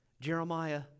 Jeremiah